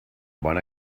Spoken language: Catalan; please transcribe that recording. bon